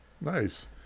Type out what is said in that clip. nice